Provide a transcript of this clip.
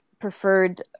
preferred